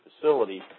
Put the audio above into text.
facility